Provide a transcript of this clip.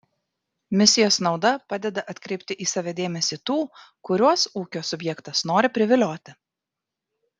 misijos nauda padeda atkreipti į save dėmesį tų kuriuos ūkio subjektas nori privilioti